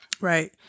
Right